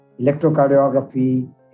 electrocardiography